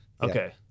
Okay